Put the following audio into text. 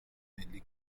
ملی